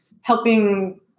helping